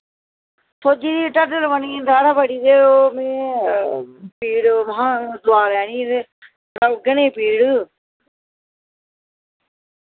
सोजी दी ढड्डल बनी दी दाड़ा बड़ी ते ओह् में पीड़ महां दोआ लैनी ते नी पीड़